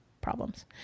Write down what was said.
problems